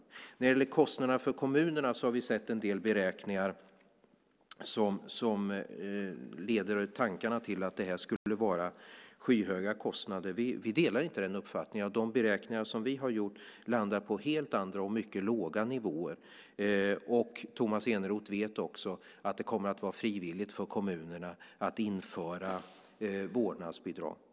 När det gäller kostnaderna för kommunerna har vi sett en del beräkningar som leder tankarna till att det skulle vara skyhöga kostnader. Vi delar inte den uppfattningen. De beräkningar som vi har gjort landar på helt andra och mycket låga nivåer. Tomas Eneroth vet också att det kommer att vara frivilligt för kommunerna att införa vårdnadsbidrag.